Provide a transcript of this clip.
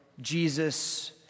Jesus